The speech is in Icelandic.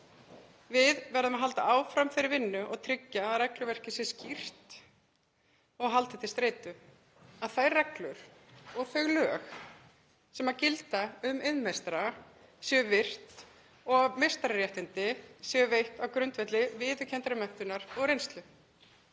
Við verðum að halda áfram þeirri vinnu og tryggja að regluverkið sé skýrt og haldið til streitu, að þær reglur og þau lög sem gilda um iðnmeistara séu virt og að meistararéttindi séu veitt á grundvelli viðurkenndrar menntunar og reynslu.